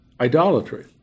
idolatry